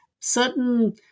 certain –